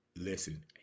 listen